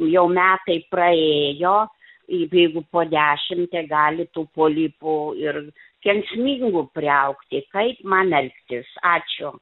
jau metai praėjo ir jeigu po dešimt tai gali tų polipų ir kenksmingų priaugti kaip man elgtis ačiū